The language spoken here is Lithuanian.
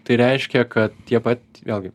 tai reiškia kad tie pat vėlgi